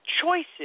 choices